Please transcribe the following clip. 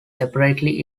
separately